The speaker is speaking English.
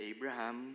Abraham